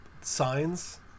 Signs